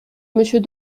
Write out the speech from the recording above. monsieur